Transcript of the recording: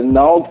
now